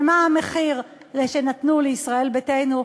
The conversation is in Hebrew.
ומה המחיר שנתנו לישראל ביתנו.